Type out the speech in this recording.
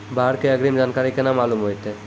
बाढ़ के अग्रिम जानकारी केना मालूम होइतै?